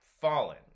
fallen